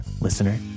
listener